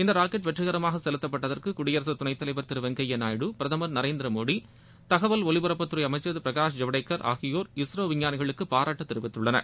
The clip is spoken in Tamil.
இந்த ராக்கெட் வெற்றிகரமாக செலுத்தப்பட்டதற்கு குடியரகத் துணைத் தலைவர் திரு வெங்கப்யா நாயுடு திரு பிரதமர் நரேந்திர மோடி தகவல் ஒலிபரப்புத் துறை அளமச்சர் திரு பிரகாஷ் ஜவ்டேகர் ஆகியோர் இஸ்ரோ விஞ்ஞானிகளுக்கு பாராட்டுத் தெரிவித்துள்ளனர்